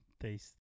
taste